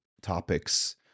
topics